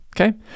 okay